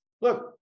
look